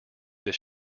this